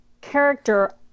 character